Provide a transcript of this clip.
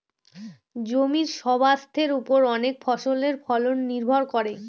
জমির স্বাস্থের ওপর অনেক ফসলের ফলন নির্ভর করে